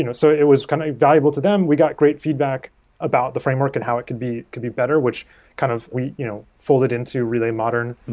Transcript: you know so it was kind of valuable to them. we got great feedback about the framework and how it could be could be better which kind of you know folded into relay modern.